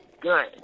Good